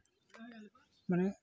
ᱢᱟᱱᱮ